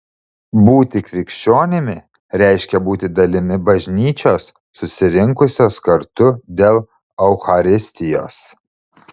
būti krikščionimi reiškia būti dalimi bažnyčios susirinkusios kartu dėl eucharistijos